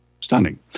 Stunning